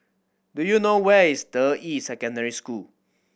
do you know where is Deyi Secondary School